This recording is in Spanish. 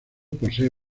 posee